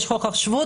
יש חוק השבות,